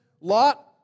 Lot